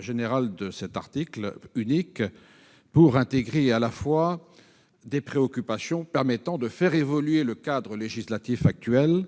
générale de cet article unique non seulement pour intégrer des préoccupations permettant de faire évoluer le cadre législatif actuel,